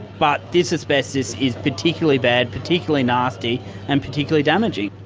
but this asbestos is particularly bad, particularly nasty and particularly damaging.